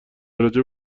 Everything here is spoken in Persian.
راجع